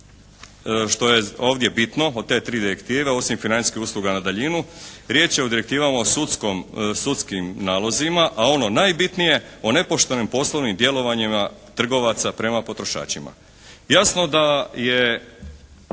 što je ovdje bitno od te tri direktive osim financijskih usluga na daljinu riječ je o direktivama u sudskim nalozima a ono najbitnije o nepoštenim poslovnim djelovanjima trgovaca prema potrošačima. Jasno da je